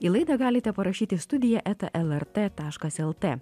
į laidą galite parašyti studiją eta lrt taškas el t